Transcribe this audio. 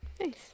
Nice